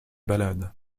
ballade